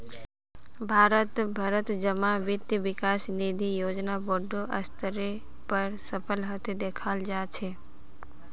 भारत भरत जमा वित्त विकास निधि योजना बोडो स्तरेर पर सफल हते दखाल जा छे